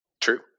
True